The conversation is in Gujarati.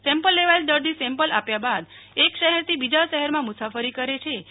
સેમ્પલ લેવાયેલ દર્દી સેમ્પલ આપ્યાબાદ એક શહેર થી બીજા શહેરમાં મુસાફરી કરેછે